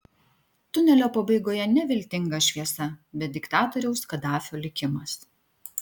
tunelio pabaigoje ne viltinga šviesa bet diktatoriaus kadafio likimas